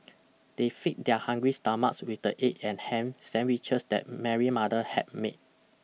they feed their hungry stomachs with the egg and ham sandwiches that Mary mother had made